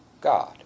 God